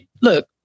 Look